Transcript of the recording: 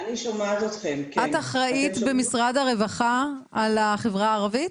--- את אחראית במשרד הרווחה על החברה הערבית?